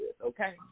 okay